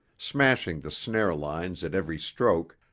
smashing the snare-lines at every stroke,